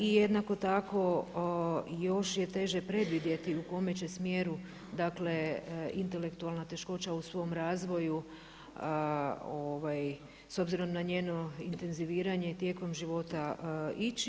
I jednako tako još je teže predvidjeti u kome će smjeru, dakle intelektualna teškoća u svom razvoju s obzirom na njeno intenziviranje tijekom života ići.